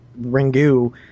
Ringu